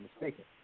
mistaken